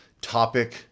topic